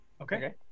Okay